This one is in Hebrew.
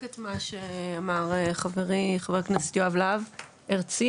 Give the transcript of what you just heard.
את מה שאמר חברי חבר הכנסת יוראי להב הרצנו,